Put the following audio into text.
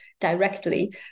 directly